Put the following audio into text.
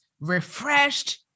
refreshed